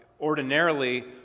ordinarily